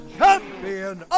champion